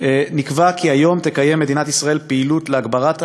נקבע כי היום תקיים מדינת ישראל פעילות להגברת המודעות,